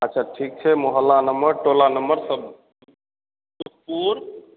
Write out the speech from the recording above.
अच्छा ठीक छै मोहल्ला नम्बर टोला नम्बर सब सुखपुर